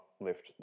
lift